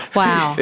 wow